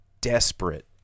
desperate